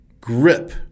grip